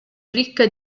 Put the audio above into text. ricca